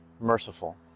merciful